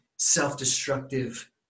self-destructive